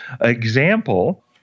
Example